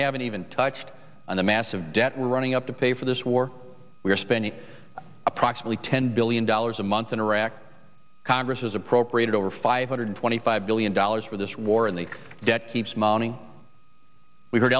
haven't even touched on the massive debt we're running up to pay for this war we are spending approximately ten billion dollars a month in iraq congress has appropriated over five hundred twenty five billion dollars for this war in the debt keeps mounting we heard